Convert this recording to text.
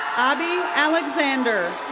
abi alexander.